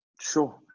sure